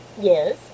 Yes